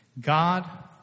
God